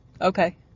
Okay